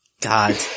God